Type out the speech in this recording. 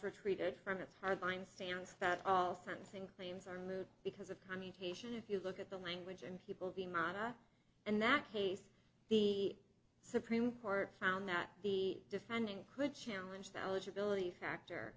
retreated from its hardline stance that all sentencing claims are moot because of commutation if you look at the language and people being mamma and that case the supreme court found that the defending could challenge the eligibility factor